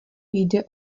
jde